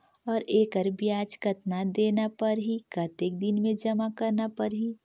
और एकर ब्याज कतना देना परही कतेक दिन मे जमा करना परही??